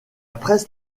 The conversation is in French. presse